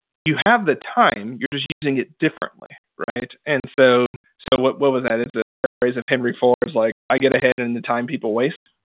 you have the time. you're just using it differently. and so, so what what was that? it's a paraphrase of henry ford's like, i get ahead in and the time people waste.